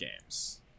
games